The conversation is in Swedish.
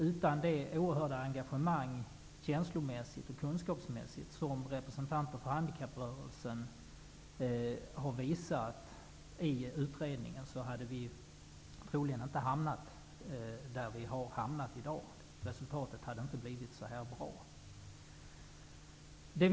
Utan det oerhörda engagemang känslomässigt och kunskapsmässigt som representanterna för handikapprörelsen har visat i utredningen hade vi troligen inte hamnat där vi har hamnat i dag. Resultaten hade inte blivit så bra som de blivit.